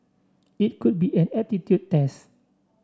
it could be an aptitude test